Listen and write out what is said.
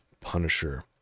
punisher